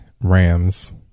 Rams